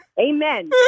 Amen